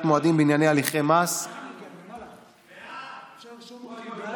מועדים בענייני הליכי מס (הוראת שעה,